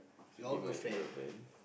should you be my girlfriend